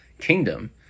kingdom